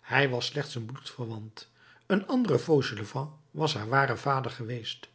hij was slechts een bloedverwant een andere fauchelevent was haar ware vader geweest